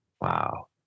Wow